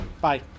Bye